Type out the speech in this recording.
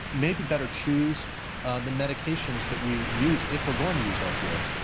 maybe better choose the medications that we use, if we're going to use opioids.